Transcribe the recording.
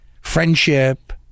friendship